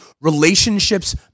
Relationships